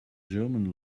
german